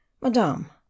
Madame